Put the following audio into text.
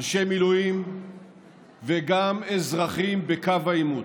אנשי מילואים וגם אזרחים בקו העימות.